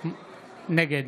נגד